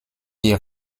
die